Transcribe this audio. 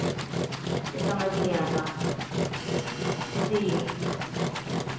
تو سمجھ نہیں آتا جی